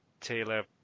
taylor